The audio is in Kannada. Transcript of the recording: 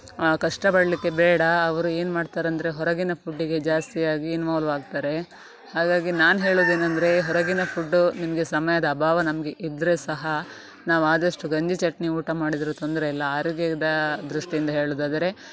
ಕಷ್ಟಪಡಲಿಕ್ಕೆ ಬೇಡ ಅವರು ಏನು ಮಾಡ್ತಾರಂದರೆ ಹೊರಗಿನ ಫುಡ್ಡಿಗೆ ಜಾಸ್ತಿಯಾಗಿ ಇನ್ವಾಲ್ವ್ ಆಗ್ತಾರೆ ಹಾಗಾಗಿ ನಾನು ಹೇಳೋದು ಏನಂದರೆ ಹೊರಗಿನ ಫುಡ್ಡು ನಿಮಗೆ ಸಮಯದ ಅಭಾವ ನಮಗೆ ಇದ್ದರೆ ಸಹ ನಾವು ಆದಷ್ಟು ಗಂಜಿ ಚಟ್ನಿ ಊಟ ಮಾಡಿದ್ರೂ ತೊಂದರೆಯಿಲ್ಲ ಆರೋಗ್ಯದ ದೃಷ್ಟಿಯಿಂದ ಹೇಳುವುದಾದರೆ